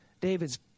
David's